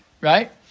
Right